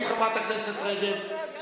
אתה רואה את ההבדל בינינו, אדוני היושב-ראש?